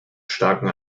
starken